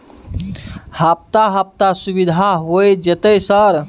हफ्ता हफ्ता सुविधा होय जयते सर?